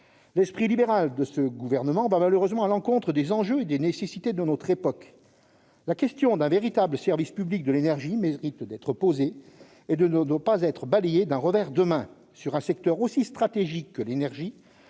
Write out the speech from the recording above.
L'esprit libéral de ce gouvernement va malheureusement à l'encontre des enjeux et des nécessités de notre époque. La question d'un véritable service public de l'énergie mérite d'être posée et ne doit pas être balayée d'un revers de main. Sur un secteur aussi stratégique, les